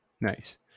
nice